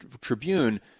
Tribune